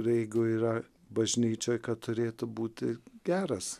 ir jeigu yra bažnyčioj kad turėtų būti geras